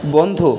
বন্ধ